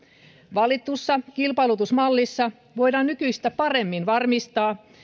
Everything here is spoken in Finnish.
valitussa kilpailutusmallissa voidaan nykyistä paremmin varmistaa